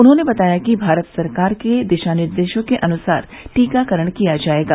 उन्होंने बताया कि भारत सरकार के दिशानिर्देशों के अनुसार टीकाकरण किया जायेगा